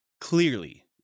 clearly